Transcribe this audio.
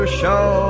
show